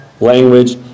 language